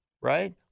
right